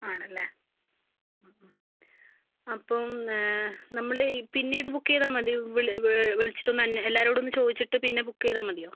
ആണല്ലേ അപ്പം നമ്മൾ പിന്നീട് ബുക്ക് ചെയ്താൽ മതിയോ വിളിച്ചിട്ട് ഒന്ന് എല്ലാവരോടും ഒന്ന് ചോദിച്ചിട്ട് പിന്നെ ബുക്ക് ചെയ്താൽ മതിയോ